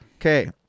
Okay